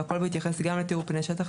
והכול בהתייחס גם לתיאור פני שטח,